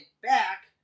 back